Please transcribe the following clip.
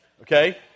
Okay